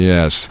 Yes